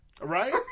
Right